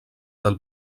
del